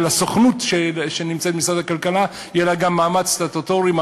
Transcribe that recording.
ולסוכנות שנמצאת במשרד הכלכלה יהיה גם מעמד סטטוטורי,